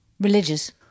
religious